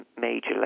major